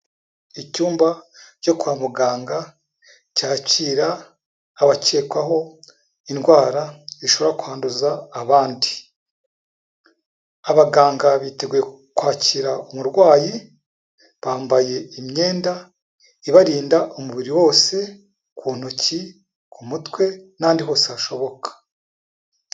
Icyumba cyo kwa muganga cyakira abakekwaho indwara zishobora kwanduza abandi, abaganga biteguye kwakira umurwayi, bambaye imyenda ibarinda umubiri wose, ku ntoki, ku mutwe n'ahandi hose hashoboka.